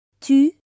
tu